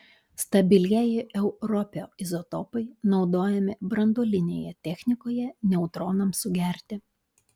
stabilieji europio izotopai naudojami branduolinėje technikoje neutronams sugerti